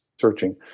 searching